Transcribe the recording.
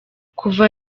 kuva